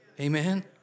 Amen